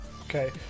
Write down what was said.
Okay